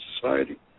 society